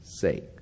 sake